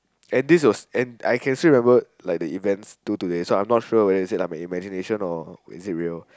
and this was and I can still remember like the events till today so I'm not sure whether is it like my imagination or is it real